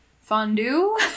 fondue